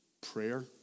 Prayer